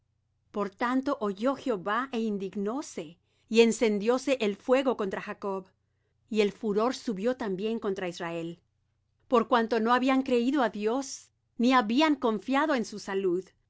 por tanto oyó jehová é indignóse y encendióse el fuego contra jacob y el furor subió también contra israel por cuanto no habían creído á dios ni habían confiado en su salud